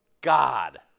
God